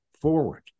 forward